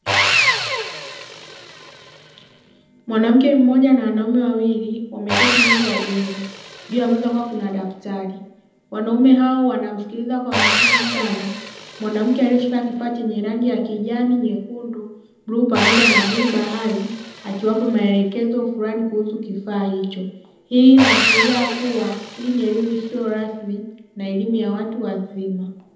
Mwanamke mmoja na wanaume wawili wameketi nje ya jengo juu ya meza kukiwa kuna daftari, wanaume hao wanamsikiliza kwa makini sana mwanamke aliyeshika kifaa chenye rangi ya kijani, nyekundu, bluu pamoja na bluu bahari akiwapa maelekezo fulani kuhusu kifaa hicho, hii inaashiria kuwa hii ni elimu isiyo rasmi na elimu ya watu wazima.